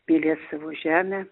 mylėt savo žemę